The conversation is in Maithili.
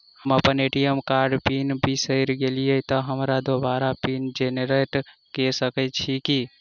हम अप्पन ए.टी.एम कार्डक पिन बिसैर गेलियै तऽ हमरा दोबारा पिन जेनरेट कऽ सकैत छी की?